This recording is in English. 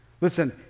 Listen